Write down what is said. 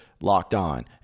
LOCKEDON